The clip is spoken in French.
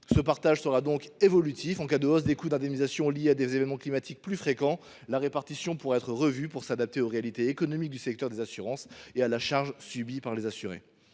Ce partage sera évolutif : en cas de hausse des coûts d’indemnisation liée à des événements climatiques plus fréquents, la répartition pourrait être revue pour s’adapter aux réalités économiques du secteur des assurances et à la charge assumée par les assurés.